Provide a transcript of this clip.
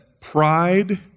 pride